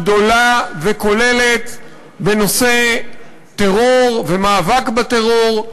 גדולה וכוללת בנושא טרור ומאבק בטרור,